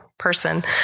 person